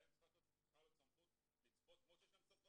להם צריכה להיות הסמכות לצפות כמו שיש להם סמכויות